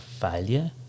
failure